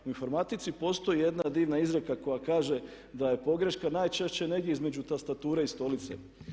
U informatici postoji jedna divna izreka koja kaže da je pogreška najčešće negdje između tastature i stolice.